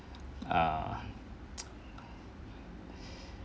err